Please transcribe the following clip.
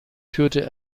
führte